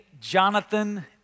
Jonathan